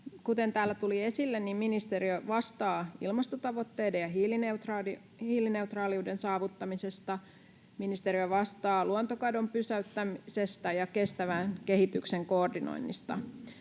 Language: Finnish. Kuten täällä tuli esille, niin ministeriö vastaa ilmastotavoitteiden ja hiilineutraaliuden saavuttamisesta, ministeriö vastaa luontokadon pysäyttämisestä ja kestävän kehityksen koordinoinnista.